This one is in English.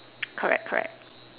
correct correct